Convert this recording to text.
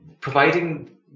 providing